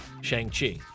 Shang-Chi